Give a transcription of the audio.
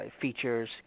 features